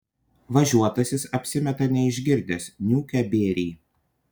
važiuotasis apsimeta neišgirdęs niūkia bėrį